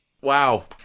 Wow